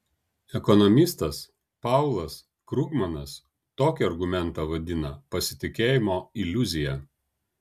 ekonomistas paulas krugmanas tokį argumentą vadina pasitikėjimo iliuzija